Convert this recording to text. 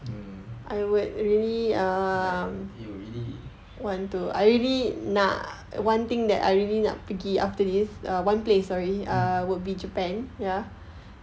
mm like you really mm